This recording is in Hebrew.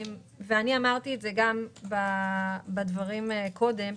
ואמרתי גם קודם,